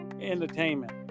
entertainment